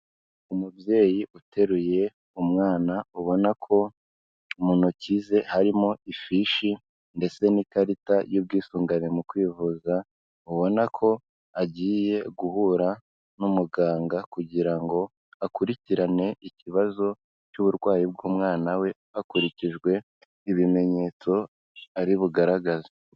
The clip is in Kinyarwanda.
Umubyeyi uteruye umwana ubona ko mu ntoki ze harimo ifishi ndetse n'ikarita y'ubwisungane mu kwivuza, ubona ko agiye guhura n'umuganga kugira ngo akurikirane ikibazo cy'uburwayi bw'umwana we hakurikijwe ibimenyetso ari bugaragaze.